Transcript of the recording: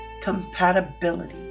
Compatibility